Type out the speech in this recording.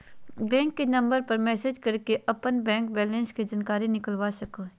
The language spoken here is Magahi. बैंक के नंबर पर मैसेज करके अपन बैंक बैलेंस के जानकारी निकलवा सको हो